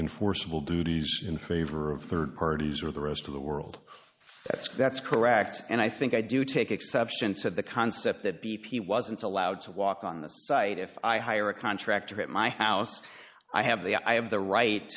enforceable duties in favor of rd parties or the rest of the world that's gets correct and i think i do take exception to the concept that b p wasn't allowed to walk on the site if i hire a contractor at my house i have the i have the right